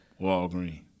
Walgreens